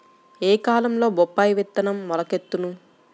ఏ కాలంలో బొప్పాయి విత్తనం మొలకెత్తును?